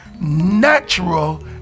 natural